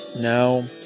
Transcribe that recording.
now